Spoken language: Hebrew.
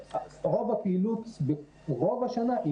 רוב הפעילות במשך רוב השנה היא